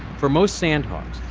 for most sandhogs,